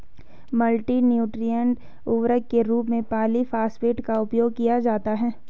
multi nutrient उर्वरक के रूप में पॉलिफॉस्फेट का उपयोग किया जाता है